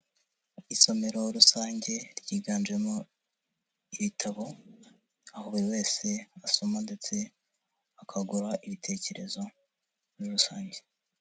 Isomero rusange ryiganjemo ibitabo, aho buri wese asoma ndetse akagura ibitekerezo muri rusange.